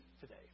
today